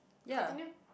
continue